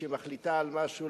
כשהיא מחליטה על משהו,